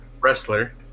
wrestler